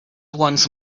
once